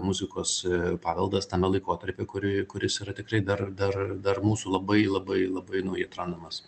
muzikos paveldas tame laikotarpy kurį kuris yra tikrai dar dar dar mūsų labai labai labai naujai atrandamas